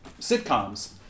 sitcoms